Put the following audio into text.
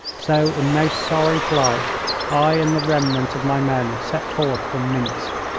so in most sorry plight i and the remnant of my men set forth from minsk.